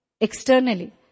externally